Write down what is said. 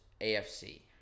AFC